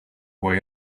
way